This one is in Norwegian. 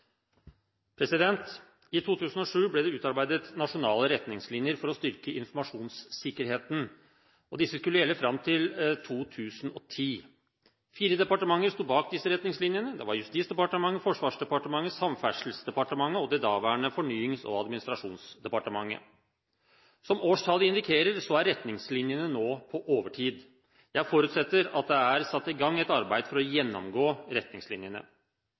avsluttet. I 2007 ble det utarbeidet Nasjonale retningslinjer for å styrke informasjonssikkerheten 2007–2010. Disse skulle gjelde fram til 2010. Fire departementer sto bak disse retningslinjene. Det var Justisdepartementet, Forsvarsdepartementet, Samferdselsdepartementet og det daværende Fornyings- og administrasjonsdepartementet. Som årstallet indikerer, er retningslinjene nå på overtid. Jeg forutsetter at det er satt i gang et arbeid for å gjennomgå retningslinjene.